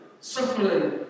suffering